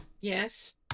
Yes